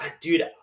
Dude